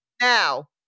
now